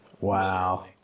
Wow